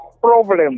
problem